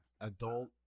adult